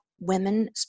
women